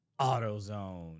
AutoZone